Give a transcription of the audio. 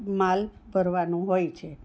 માલ ભરવાનું હોય છે